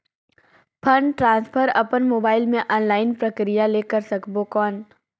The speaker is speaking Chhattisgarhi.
फंड ट्रांसफर अपन मोबाइल मे ऑनलाइन प्रक्रिया ले कर सकबो कौन?